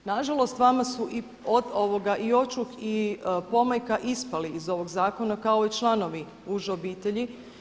Na žalost vama su i očuh i pomajka ispali iz ovog zakona kao i članovi uže obitelji.